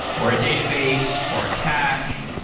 or a database, or a cache,